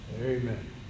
Amen